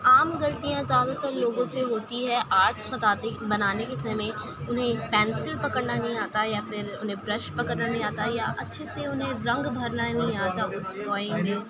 عام غلطیاں زیادہ تر لوگوں سے ہوتی ہے آرٹس بتاتے بنانے کے سمے انہیں پینسل پکڑنا نہیں آتا ہے یا پھر انہیں برش پکڑنا نہیں آتا ہے یا اچّھے سے انہیں رنگ بھرنا نہیں آتا اس ڈرائینگ میں